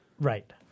right